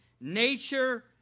nature